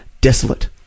desolate